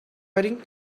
writing